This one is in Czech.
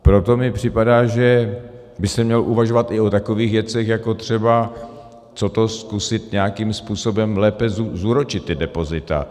Proto mi připadá, že by se mělo uvažovat i o takových věcech, jako třeba co to zkusit nějakým způsobem lépe zúročit ta depozita.